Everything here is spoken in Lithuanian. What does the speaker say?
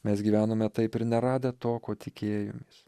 mes gyvenome taip ir neradę to ko tikėjomės